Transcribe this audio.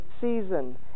season